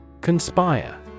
Conspire